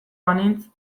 banintz